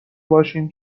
باشیم